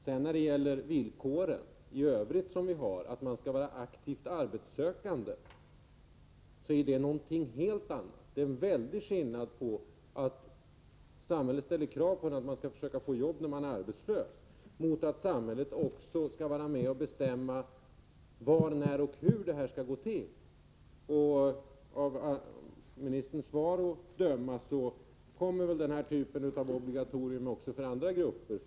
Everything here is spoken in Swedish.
När det sedan gäller villkoren i övrigt, att man skall vara aktivt arbetssökande, är det någonting helt annat. Det är en väldig skillnad mellan detta att samhället ställer krav att man skall försöka få jobb, när man är arbetslös, och att samhället skall vara med och bestämma var och när detta skall ske och hur det skall gå till. Av arbetsmarknadsministerns svar att döma kommer den här typen av obligatorium också att gälla för andra grupper.